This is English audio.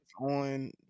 on